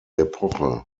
epoche